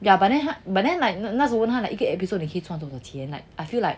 yeah but then but then like 那时他一个 episode 你可以赚什么钱 like